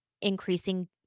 increasing